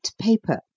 paper